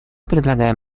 предлагаем